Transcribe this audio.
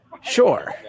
Sure